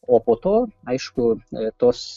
o po to aišku tos